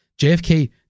jfk